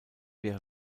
wäre